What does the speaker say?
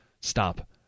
stop